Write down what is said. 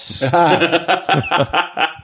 Yes